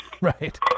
Right